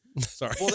Sorry